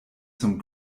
zum